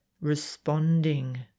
responding